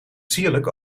sierlijk